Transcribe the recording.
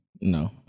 No